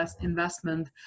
investment